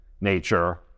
nature